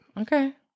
Okay